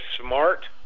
smart